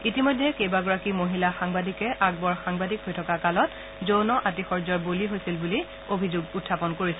ইতিমধ্যে কেইবাগৰাকী মহিলা সাংবাদিকে আকবৰ সাংবাদিক হৈ থকা কালত যৌন আতিশয্যৰ বলি হৈছিল বুলি অভিযোগ উখাপন কৰিছে